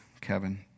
Kevin